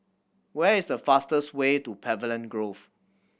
where is the fastest way to Pavilion Grove